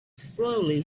slowly